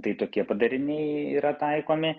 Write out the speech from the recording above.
tai tokie padariniai yra taikomi